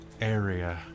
area